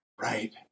Right